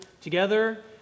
together